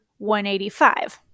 $185